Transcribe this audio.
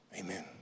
Amen